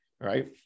right